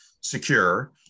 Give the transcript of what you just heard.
secure